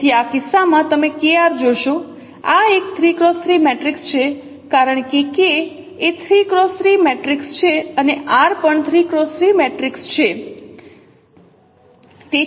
તેથી આ કિસ્સામાં તમે K R જોશો આ એક 3 x 3 મેટ્રિક્સ છે કારણ કે K એ 3 x 3 મેટ્રિક્સ છે અને R પણ 3 x 3 મેટ્રિક્સ છે